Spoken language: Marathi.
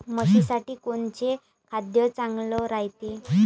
म्हशीसाठी कोनचे खाद्य चांगलं रायते?